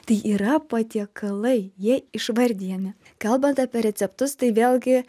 tai yra patiekalai jie išvardijami kalbant apie receptus tai vėlgi